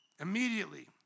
Immediately